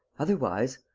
otherwise!